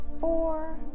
four